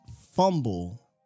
fumble